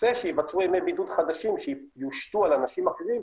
יצא שייווצרו ימי בידוד חדשים שיושתו על אנשים אחרים,